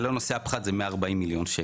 ללא נושא הפחת זה 140 מיליון שקלים.